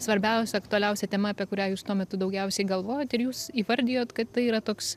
svarbiausia aktualiausia tema apie kurią jūs tuo metu daugiausiai galvojot ir jūs įvardijot kad tai yra toks